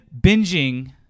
binging